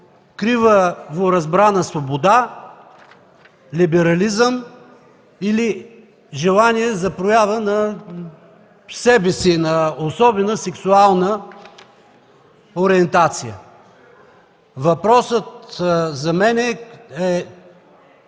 криворазбрана свобода, либерализъм или желание за проява на себе си, на особена сексуална ориентация. Въпросът за мен е,